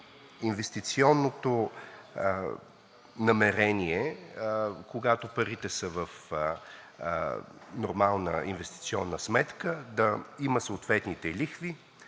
инвестиционното намерение, когато парите са в нормална инвестиционна сметка, да има съответните лихви